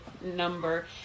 number